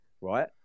right